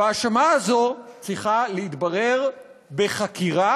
וההאשמה הזו צריכה להתברר בחקירה,